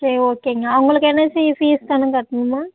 சரி ஓகேங்க அவங்களுக்கு என்னாச்சும் ஃபீஸ் பணம் கட்டணுமா